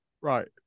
Right